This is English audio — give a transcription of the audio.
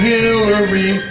Hillary